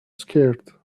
scared